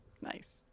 Nice